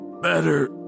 Better